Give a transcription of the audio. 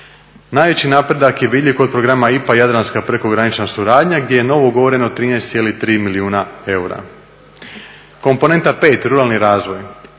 Najveći napredak je vidljiv kod programa IPA jadranska prekogranična suradnja gdje je novougovoreno 13,3 milijuna eura. Komponenta 5, ruralni razvoj,